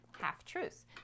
half-truths